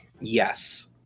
Yes